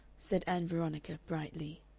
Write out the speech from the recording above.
said ann veronica, brightly.